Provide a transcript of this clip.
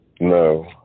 No